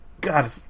God